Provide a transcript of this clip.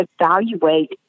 evaluate